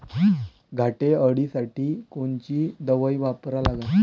घाटे अळी साठी कोनची दवाई वापरा लागन?